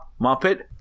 Muppet